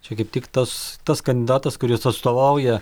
čia kaip tik tas tas kandidatas kuris atstovauja